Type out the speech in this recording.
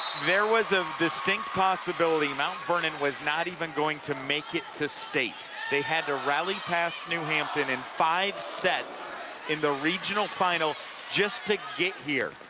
there was a distinct possibility mount vernon was not even going to be make it to state. they had to rally past new hampton in five sets in the regional final just to get here.